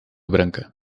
branca